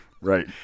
right